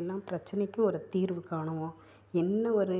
எல்லா பிரச்சனைக்கும் ஒரு தீர்வு காணுவோம் என்ன ஒரு